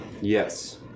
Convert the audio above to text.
Yes